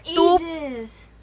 ages